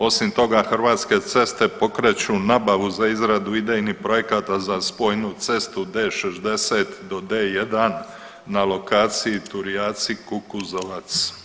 Osim toga, Hrvatske ceste pokreću nabavu za izradu idejnih projekata za spojenu cestu D60 do D1 na lokaciji Turijaci – Kukuzovac.